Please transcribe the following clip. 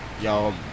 y'all